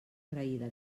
agraïda